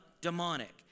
demonic